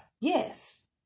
Yes